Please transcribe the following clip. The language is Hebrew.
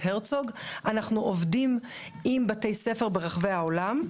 הרצוג אנחנו עובדים עם בתי ספר ברחבי העולם,